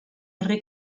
herri